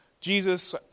Jesus